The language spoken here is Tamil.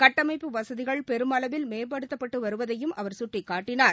சுட்டமைப்பு வசதிகள் பெருமளவில் மேம்படுத்தப்பட்டு வருவதையும் அவர் சுட்டிக்காட்டினார்